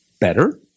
better